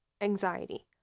anxiety